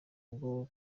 bwo